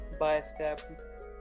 bicep